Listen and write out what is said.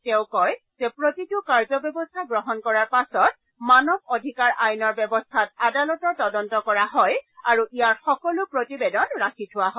তেওঁ কয় যে প্ৰতিটো কাৰ্যব্যৱস্থা গ্ৰহণ কৰাৰ পাছত মানৱ অধিকাৰ আইনৰ ব্যৱস্থাত আদালতৰ তদন্ত কৰা হয় আৰু ইয়াৰ সকলো প্ৰতিবেদন ৰাখি থোৱা হয়